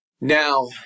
now